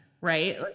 right